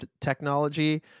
technology